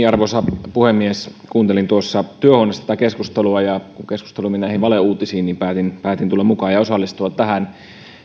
arvoisa puhemies kuuntelin tuossa työhuoneessa tätä keskustelua ja kun keskustelu meni näihin valeuutisiin niin päätin tulla mukaan ja osallistua tähän